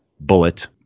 bullet